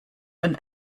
and